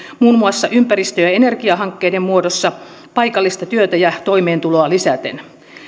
muun muassa ympäristö ja ja energiahankkeiden muodossa paikallista työtä ja toimeentuloa lisäten